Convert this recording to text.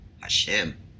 Hashem